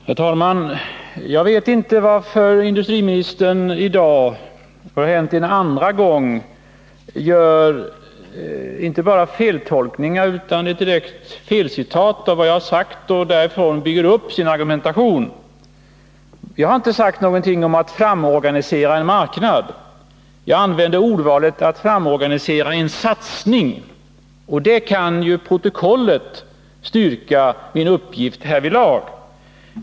Herr talman! Jag vet inte varför industriministern i dag en andra gång inte bara feltolkar utan också direkt felciterar mig och därifrån bygger upp sin argumentation. Jag har inte sagt någonting om att framorganisera en marknad. Jag använde ordvalet att framorganisera en satsning — protokollet kan styrka min uppgift härvidlag.